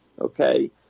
okay